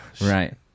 Right